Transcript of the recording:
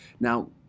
Now